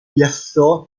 piazzò